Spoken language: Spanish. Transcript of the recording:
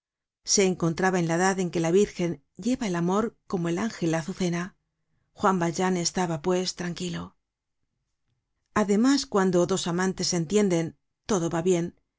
se encontraba en la edad en que la virgen lleva el amor como el ángel la azucena juan valjean estaba pues tranquilo además cuando dos amantes se entienden todo va bien